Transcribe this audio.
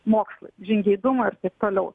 mokslui žingeidumui ir taip toliau